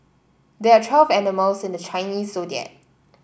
there are twelve animals in the Chinese Zodiac